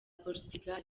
portugal